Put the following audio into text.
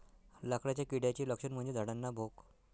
लाकडाच्या किड्याचे लक्षण म्हणजे झाडांना भोक